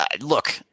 Look